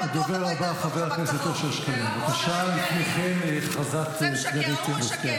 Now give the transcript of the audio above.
הודעה לסגנית מזכיר הכנסת.